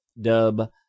dub